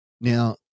Now